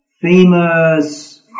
famous